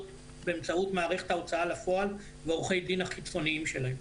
באמצעות מערכת ההוצאה לפועל ועורכי דין החיצוניים שלהם.